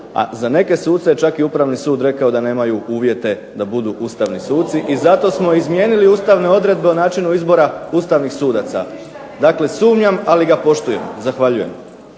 a za neke suce je čak i Upravni sud rekao da nemaju uvjete da budu ustavni suci i zato smo izmijenili ustavne odredbe o načinu izbora ustavnih suca. Dakle, sumnjam, ali ga poštujem. Zahvaljujem.